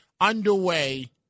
underway